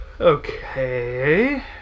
Okay